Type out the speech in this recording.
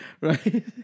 right